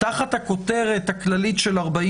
תחת הכותרת הכללית של 49,